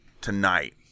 tonight